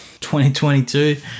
2022